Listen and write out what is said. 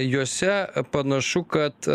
juose panašu kad